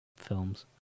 Films